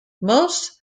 most